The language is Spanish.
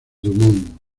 dumont